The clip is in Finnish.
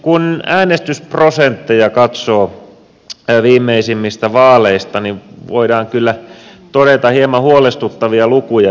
kun äänestysprosentteja katsoo viimeisimmistä vaaleista niin voidaan kyllä todeta hieman huolestuttavia lukuja sieltä